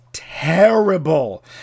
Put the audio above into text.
terrible